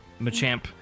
Machamp